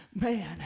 Man